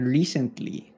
recently